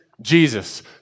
Jesus